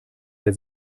der